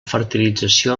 fertilització